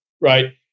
Right